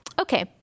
Okay